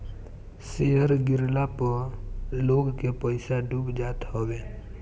share गिरला पअ लोग के पईसा डूब जात हवे